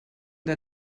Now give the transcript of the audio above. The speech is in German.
der